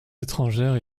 étrangères